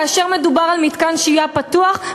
כאשר מדובר על מתקן שהייה פתוח,